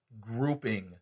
grouping